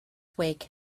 wake